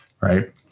Right